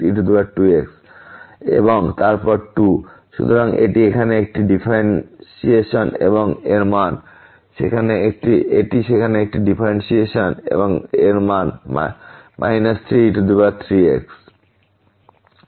এবং তারপর 2 সুতরাং এটি সেখানে একটি ডিফারেনসিয়েসন এবং এর মান 3e3x